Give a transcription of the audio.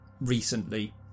recently